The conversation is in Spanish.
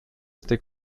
este